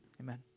Amen